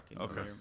Okay